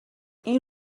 این